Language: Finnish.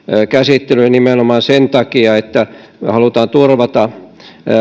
käsittelyyn nimenomaan sen takia että halutaan turvata